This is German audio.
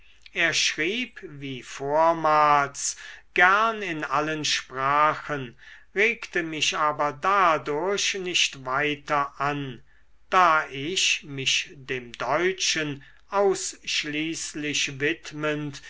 er schrieb wie vormals gern in allen sprachen regte mich aber dadurch nicht weiter an da ich mich dem deutschen ausschließlich widmend